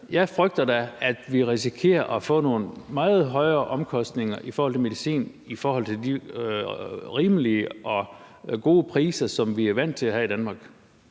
Jeg frygter da, at vi risikerer at få nogle meget højere omkostninger for medicin i forhold til de rimelige og gode priser, som vi er vant til at have i Danmark.